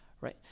right